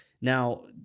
Now